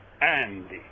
Andy